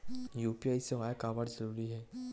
UPI सेवाएं काबर जरूरी हे?